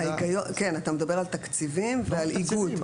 אתה מדבר על תקציבים ועל איגוד,